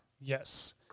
Yes